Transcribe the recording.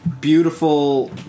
beautiful